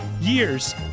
years